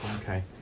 okay